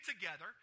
together